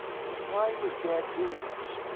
why was dad doing this?